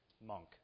monk